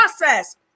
process